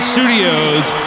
Studios